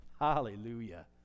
Hallelujah